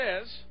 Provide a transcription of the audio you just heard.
says